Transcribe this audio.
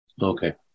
Okay